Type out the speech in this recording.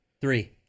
Three